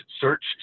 search